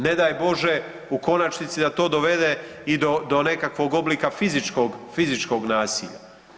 Ne daj Bože u konačnici da to dovede i do nekakvog oblika fizičkog nasilja.